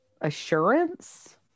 assurance